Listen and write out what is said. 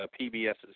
PBS's